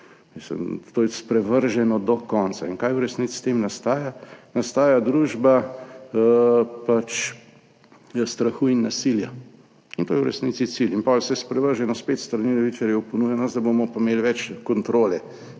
to je sprevrženo do konca. In kaj v resnici s tem nastaja? Nastaja družba strahu in nasilja in to je v resnici cilj in pol se je sprevrženo spet s strani levičarjev ponuja nas, da bomo pa imeli več kontrole